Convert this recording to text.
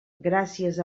gràcies